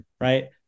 right